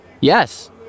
Yes